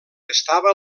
estava